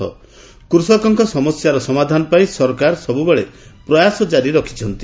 କୃଷକଙ୍କ ସମସ୍ୟାର ସମାଧାନ ପାଇଁ ସରକାର ସବୁବେଳେ ପ୍ରୟାସ ଜାରି ରଖିଛନ୍ତି